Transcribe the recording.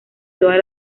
todas